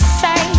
say